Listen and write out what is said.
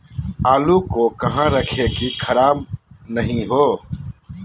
आलू को कहां रखे की खराब महिना हो?